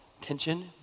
tension